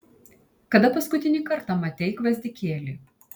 kada paskutinį kartą matei gvazdikėlį